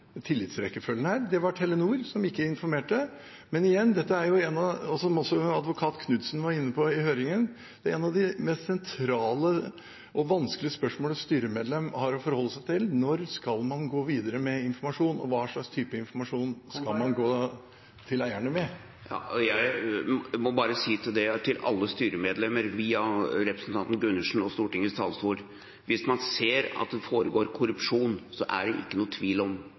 tillitsrekkefølgen her. Det var Telenor som ikke informerte. Men igjen, som også advokat Knudsen var inne på i høringen, dette er et av de mest sentrale og vanskelige spørsmål et styremedlem har å forholde seg til: Når skal man gå videre med informasjon, og hva slags type informasjon skal man gå til eierne med? Jeg må bare si til alle styremedlemmer via representanten Gundersen og Stortingets talerstol: Hvis man ser at det foregår korrupsjon, er det ikke noen tvil, det er ikke noe